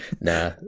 nah